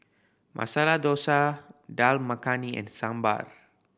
Masala Dosa Dal Makhani and Sambar